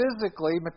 physically